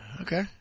Okay